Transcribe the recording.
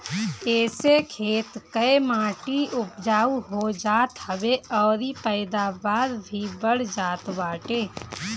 एसे खेत कअ माटी उपजाऊ हो जात हवे अउरी पैदावार भी बढ़ जात बाटे